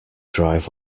drive